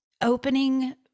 Opening